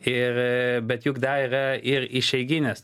ir bet juk davę ir išeiginės